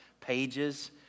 pages